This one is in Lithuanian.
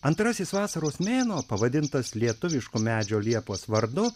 antrasis vasaros mėnuo pavadintas lietuviško medžio liepos vardu